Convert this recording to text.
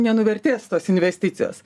nenuvertės tos investicijos